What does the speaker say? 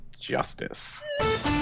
Justice